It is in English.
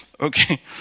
Okay